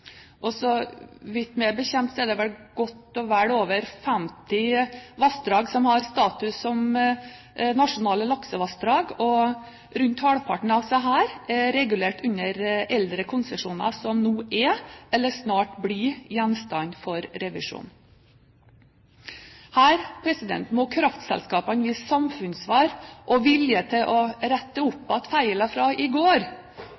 bekjent har godt og vel 50 vassdrag status som nasjonale laksevassdrag. Rundt halvparten av disse er regulert under eldre konsesjoner som nå er, eller snart blir, gjenstand for revisjon. Her må kraftselskapene vise samfunnsansvar og vilje til å «rette oppatt æille feil ifrå i går»